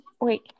wait